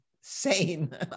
sane